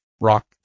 rock